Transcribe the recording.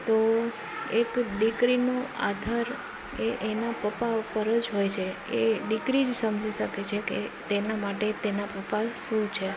તો એક દીકરીનો આધાર એ એના પપ્પા ઉપર જ હોય છે એ દીકરી જ સમજી શકે છે કે તેના માટે તેના પપ્પા શું છે